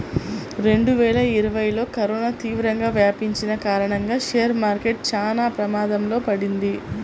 రెండువేల ఇరవైలో కరోనా తీవ్రంగా వ్యాపించిన కారణంగా షేర్ మార్కెట్ చానా ప్రమాదంలో పడింది